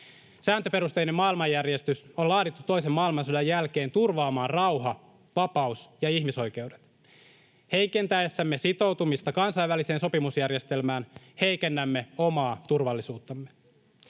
Sääntöperusteinen maailmanjärjestys on laadittu toisen maailmansodan jälkeen turvaamaan rauha, vapaus ja ihmisoikeudet. Heikentäessämme sitoutumista kansainväliseen sopimusjärjestelmään heikennämme omaa turvallisuuttamme.